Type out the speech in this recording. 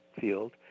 field